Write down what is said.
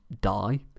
die